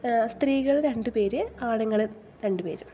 സ്ത്രീകൾ രണ്ട് പേര് ആണുങ്ങള് രണ്ട് പേര്